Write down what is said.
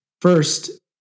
First